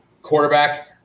quarterback